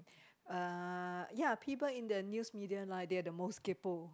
uh ya people in the news media line they are the most kaypo